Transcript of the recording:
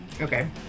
Okay